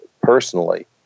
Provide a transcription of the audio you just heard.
personally